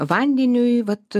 vandeniui vat